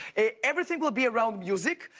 everything will be around music.